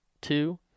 two